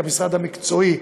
כמשרד המקצועי,